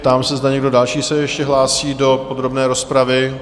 Ptám se, zda někdo další se ještě hlásí do podrobné rozpravy?